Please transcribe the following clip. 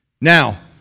Now